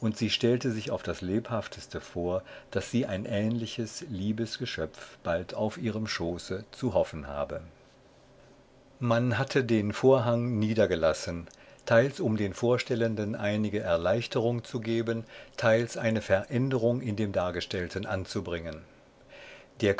sie stellte sich auf das lebhafteste vor daß sie ein ähnliches liebes geschöpf bald auf ihrem schoße zu hoffen habe man hatte den vorhang niedergelassen teils um den vorstellenden einige erleichterung zu geben teils eine veränderung in dem dargestellten anzubringen